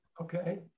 Okay